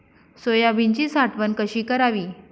सोयाबीनची साठवण कशी करावी?